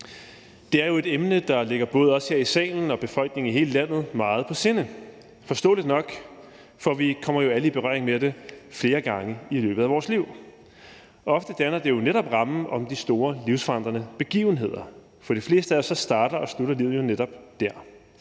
Det er jo et emne, der ligger både os her i salen og befolkningen i hele landet meget på sinde, og det er forståeligt nok, for vi kommer jo alle i berøring med det flere gange i løbet af vores liv. Ofte danner det jo netop rammen om de store livsforandrende begivenheder. For de fleste af os starter og slutter livet jo netop der,